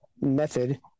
method